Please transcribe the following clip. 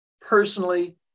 personally